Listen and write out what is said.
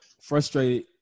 frustrated